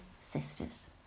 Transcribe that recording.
sisters